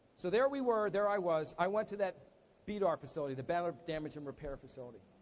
so there we were, there i was, i went to that bdr facility. the battle damage and repair facility.